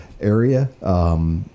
area